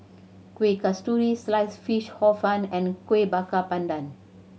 Kuih Kasturi slice fish Hor Fun and Kuih Bakar Pandan